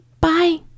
bye